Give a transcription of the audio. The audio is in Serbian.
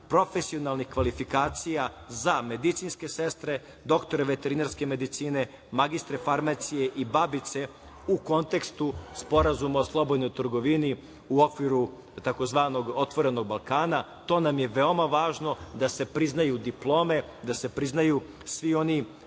profesionalnih kvalifikacija za medicinske sestre, doktore veterinarske medicine, magistre farmacije i babice u kontekstu Sporazuma o slobodnoj trgovini u okviru tzv. Otvorenog Balkana. To nam je veoma važno da se priznaju diplome, da se priznaju svi oni